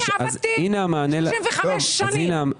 אני עבדתי 35 שנים.